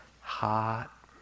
hot